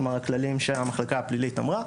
כלומר הכללים שהמחלקה הפלילית אמרה.